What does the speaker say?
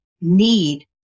need